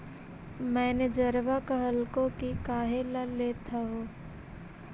मैनेजरवा कहलको कि काहेला लेथ हहो?